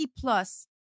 plus